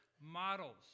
models